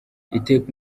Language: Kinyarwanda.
iteka